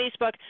facebook